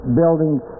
buildings